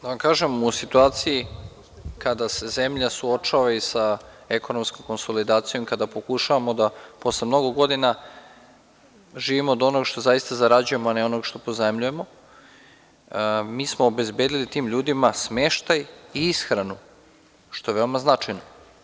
Da vam kažem, u situaciji kada se zemlja suočava i sa ekonomskom konsolidacijom i kada pokušavamo da posle mnogo godina živimo od onoga što zaista zarađujemo, a ne od onog što pozajmljujemo, mi smo obezbedili tim ljudima smeštaj i ishranu, što je veoma značajno.